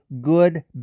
good